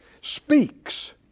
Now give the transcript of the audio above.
speaks